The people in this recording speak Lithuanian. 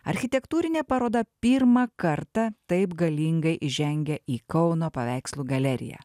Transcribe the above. architektūrinė paroda pirmą kartą taip galingai įžengia į kauno paveikslų galeriją